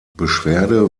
beschwerde